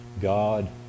God